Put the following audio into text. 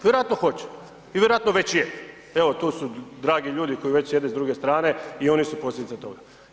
Vjerojatno hoće i vjerojatno već je, evo tu su dragi ljudi koji već sjede s druge strane i oni su posljedica toga.